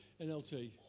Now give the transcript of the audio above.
NLT